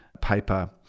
paper